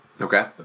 Okay